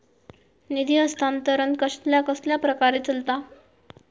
निधी हस्तांतरण कसल्या कसल्या प्रकारे चलता?